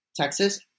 Texas